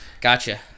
Gotcha